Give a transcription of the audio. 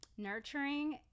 nurturing